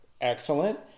Excellent